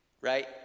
right